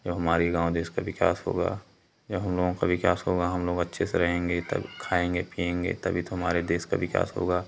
जो हमारे गाँव देश का विकास होगा जो हम लोगों का विकास होगा हम लोग अच्छे से रहेंगे तब खाएंगे पिएंगे तभी तो हमारे देश का विकास होगा